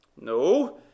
No